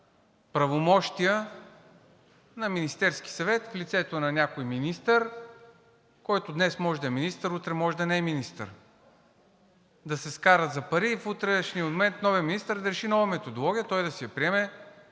правомощия на Министерския съвет в лицето на някой министър, който днес може да е министър, утре може да не е министър, да се скарат за пари и в утрешния момент новият министър да реши нова методология, той да си я приеме